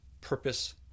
purpose